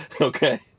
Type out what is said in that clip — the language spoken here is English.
Okay